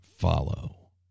follow